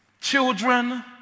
Children